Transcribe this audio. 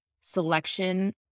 selection